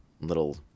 little